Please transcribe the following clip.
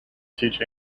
teach